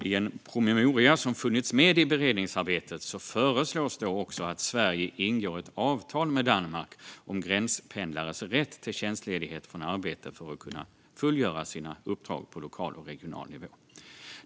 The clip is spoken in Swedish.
I en promemoria som har funnits med i beredningsarbetet föreslås att Sverige ingår ett avtal med Danmark om gränspendlares rätt till tjänstledighet från arbete för att kunna fullgöra uppdrag på lokal och regional nivå.